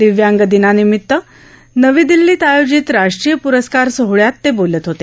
दिव्यांग दिनानिमित्त नवी दिल्लीत आयोजित राष्ट्रीय प्रस्कार सोहळ्यात बोलत होते